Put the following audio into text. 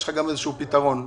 יש לך גם פתרון כלשהו.